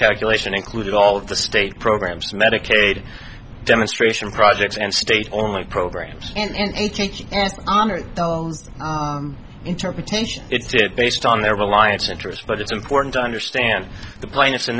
calculation included all of the state programs medicaid demonstration projects and state only programs and a change and honored interpretation it did based on their reliance interests but it's important to understand the plaintiffs in